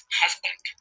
husband